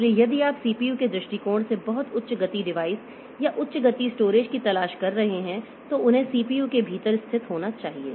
इसलिए यदि आप सीपीयू के दृष्टिकोण से बहुत उच्च गति डिवाइस या उच्च गति स्टोरेज की तलाश कर रहे हैं तो उन्हें सीपीयू के भीतर स्थित होना चाहिए